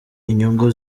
inyungu